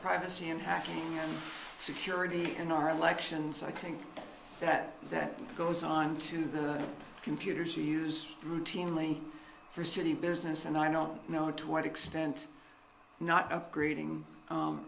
privacy and having security in our elections i think that that goes on to the computers you use routinely for city business and i don't know to what extent not upgrading